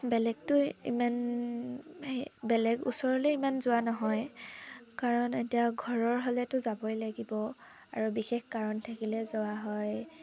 বেলেগটো ইমান বেলেগ ওচৰলৈ ইমান যোৱা নহয় কাৰণ এতিয়া ঘৰৰ হ'লেতো যাবই লাগিব আৰু বিশেষ কাৰণ থাকিলে যোৱা হয়